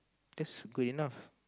that's good enough